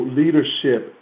leadership